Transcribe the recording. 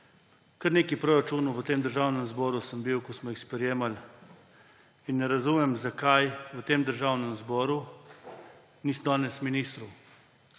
pri nekaj proračunov v Državnem zboru sem bil, ko smo jih sprejemali, in ne razumem, zakaj v tem državnem zboru ni danes ministrov;